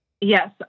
Yes